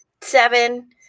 seven